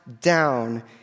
down